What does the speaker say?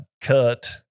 cut